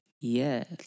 Yes